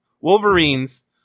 Wolverines